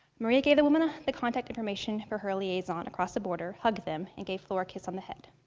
maria gave the women ah the contact information for her liaison across the border, hugged them, and gave flor a kiss on the head.